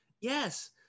Yes